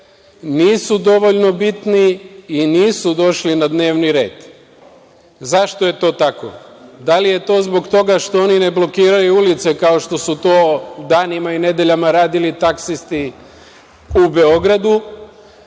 nisu dovoljno bitni i nisu došli na dnevni red.Zašto je to tako? Da li je to zbog toga što oni ne blokiraju ulice, kao što su to danima i nedeljama radili taksisti u Beogradu,